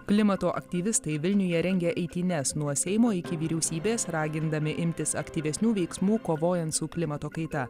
klimato aktyvistai vilniuje rengė eitynes nuo seimo iki vyriausybės ragindami imtis aktyvesnių veiksmų kovojant su klimato kaita